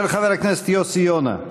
של חבר הכנסת יוסי יונה.